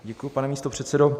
Děkuju, pane místopředsedo.